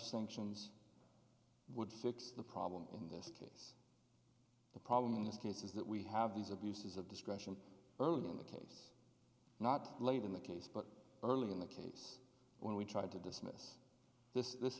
sanctions would fix the problem in this the problem in this case is that we have these abuses of discretion early in the case not late in the case but early in the case when we tried to dismiss this this